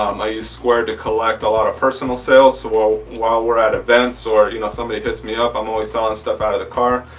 um i use square to collect a lot of personal sales so well while we're at events or you know somebody hits me up i'm always selling stuff out of the car.